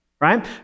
right